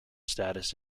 status